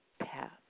path